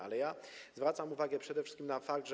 Ale ja zwracam uwagę przede wszystkim na fakt, że.